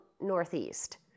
northeast